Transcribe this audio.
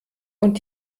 und